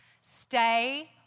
Stay